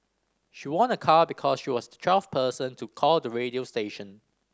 she won a car because she was the twelfth person to call the radio station